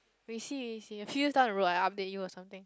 we see we see a few years down the road I update you or something